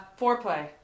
Foreplay